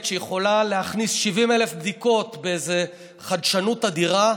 שיכולה להכניס 70,000 בדיקות באיזו חדשנות אדירה,